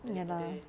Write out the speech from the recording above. ya lah